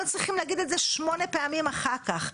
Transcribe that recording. לא צריך להגיד את זה שמונה פעמים אחר כך.